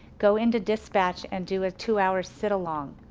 go into dispatch and do a two hour sit along.